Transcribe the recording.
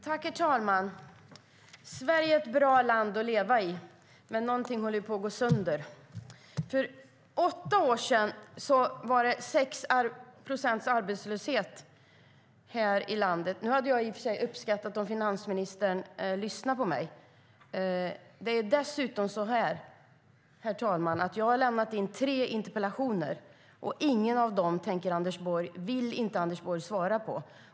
Herr talman! Sverige är att bra land att leva i, men någonting håller på att gå sönder. För åtta år sedan var det 6 procents arbetslöshet här i landet. Jag skulle i och för sig uppskatta om finansministern lyssnade på mig. Jag har dessutom, herr talman, lämnat in tre interpellationer, och ingen av dem tänker Anders Borg, vill inte Anders Borg, svara på.